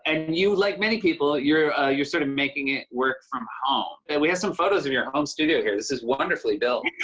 and you, like many people, ah you're sort of making it work from home. and we have some photos of your home studio here. this is wonderfully built,